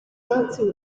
dancing